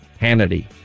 Hannity